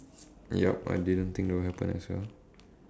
yup I didn't think that will happen as well